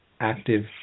active